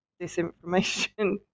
disinformation